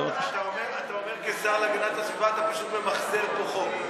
אתה אומר שכשר להגנת הסביבה אתה פשוט ממחזר את החוק.